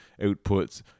outputs